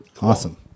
awesome